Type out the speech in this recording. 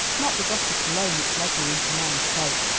not the gossip alone which led me into my mistake.